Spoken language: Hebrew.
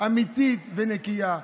אמיתית ונקייה.